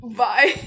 bye